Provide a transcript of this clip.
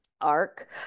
arc